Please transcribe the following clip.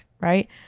right